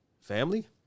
Family